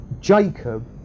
Jacob